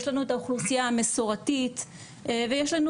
יש לנו את האוכלוסיה המסורתית ויש לנו